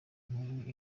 nkuru